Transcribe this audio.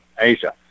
asia